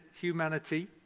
humanity